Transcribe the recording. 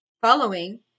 following